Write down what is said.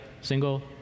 single